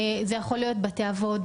זה יכול להיות בתי אבות,